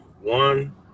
One